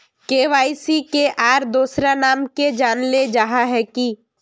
KYC के आर दोसरा नाम से जानले जाहा है की?